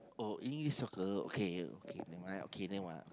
oh E-soccer okay okay nevermind okay nevermind